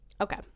Okay